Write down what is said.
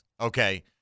okay